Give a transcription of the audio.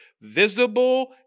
visible